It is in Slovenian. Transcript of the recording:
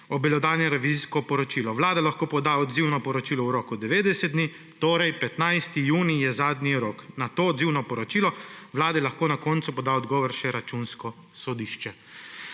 obelodanilo revizijsko poročilo, Vlada lahko poda odzivno poročilo v roku 90 dni, torej 15. junij je zadnji rok. Na to odzivno poročilo Vlade lahko na koncu poda odgovor še Računsko sodišče.